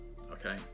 Okay